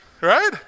right